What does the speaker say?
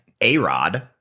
A-Rod